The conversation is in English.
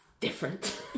different